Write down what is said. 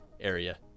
area